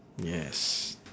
yes